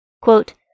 Quote